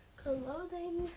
clothing